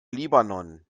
libanon